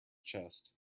chest